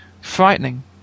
frightening